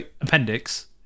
appendix